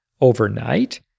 overnight